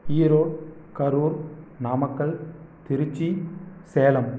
Erode Karur Namakkal Tiruchi Salem